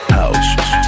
house